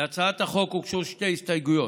להצעת החוק הוגשו שתי הסתייגויות,